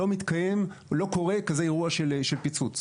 לא קורה כזה אירוע של פיצוץ.